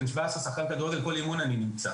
יש לי ילד בן 17, שחקן כדורגל, כל אימון אני נמצא.